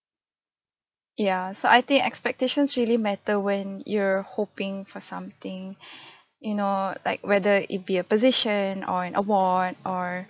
ya so I think expectations really matter when you're hoping for something you know like whether it be a position or an award or